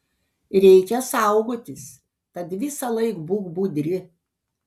reikia saugotis tad visąlaik būk budri